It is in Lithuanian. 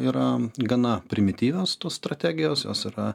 yra gana primityvios tos strategijos jos yra